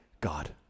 God